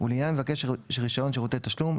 ולעניין מבקש רישיון שירותי תשלום,